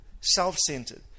self-centered